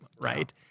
Right